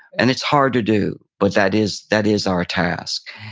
and it's hard to do, but that is that is our task.